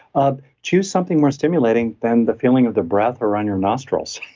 um choose something more stimulating than the feeling of the breath or on your nostrils.